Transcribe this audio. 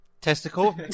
Testicle